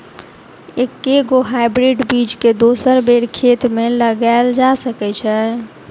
एके गो हाइब्रिड बीज केँ दोसर बेर खेत मे लगैल जा सकय छै?